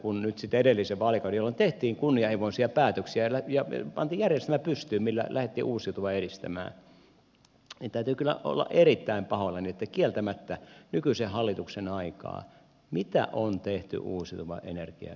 kun nyt edellisellä vaalikaudella tehtiin kunnianhimoisia päätöksiä ja pantiin järjestelmä pystyyn millä lähdettiin uusiutuvaa edistämään niin täytyy kyllä olla erittäin pahoillani että kieltämättä nykyisen hallituksen aikaan mitä on tehty uusiutuvan energian edistämiseksi